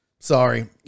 Sorry